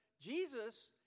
Jesus